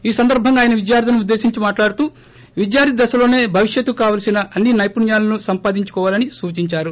ఈ సందర్భంగా ఆయన విద్యార్గులను ఉద్దేశించి మాట్లాడుతూ విద్యార్థి దశలోనే భవిష్యత్తుకు కావలస్న అన్ని సైపుణ్యాలను సంపాదించుకోవాలని సూచించారు